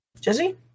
Jesse